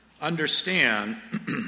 understand